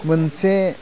मोनसे